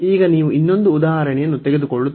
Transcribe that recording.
ಈಗ ನೀವು ಇನ್ನೊಂದು ಉದಾಹರಣೆಯನ್ನು ತೆಗೆದುಕೊಳ್ಳುತ್ತೀರಿ